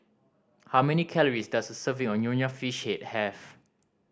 how many calories does a serving of Nonya Fish Head have